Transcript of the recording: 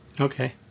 Okay